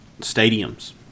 stadiums